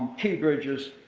key bridges,